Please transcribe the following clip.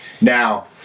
Now